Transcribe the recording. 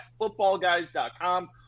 footballguys.com